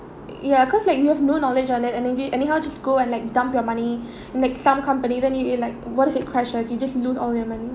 ya cause like you have no knowledge on that and again anyhow just go and like dump your money in like some company than you eh like what if it crashes you just lose all your money